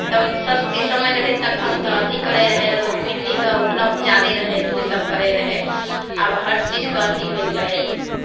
तऽ सस्ती समय रहै तऽ तखन तऽ अथी करैत रहै लोक मिट्टीके उपलब्ध जादे रहै तऽ ओहिसभ करैत रहै आब हरचीजके अथी होय गेलै